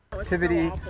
Activity